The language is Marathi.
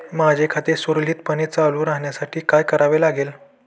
माझे खाते सुरळीतपणे चालू राहण्यासाठी काय करावे लागेल?